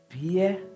beer